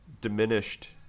diminished